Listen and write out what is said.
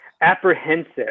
Apprehensive